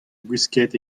gwisket